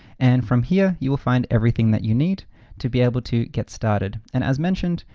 and from here, you'll find everything that you need to be able to get started. and as mentioned,